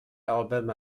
album